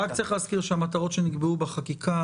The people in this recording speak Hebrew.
רק צריך להזכיר שהמטרות שנקבעו בחקיקה,